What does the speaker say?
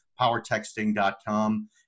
Powertexting.com